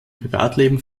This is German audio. privatleben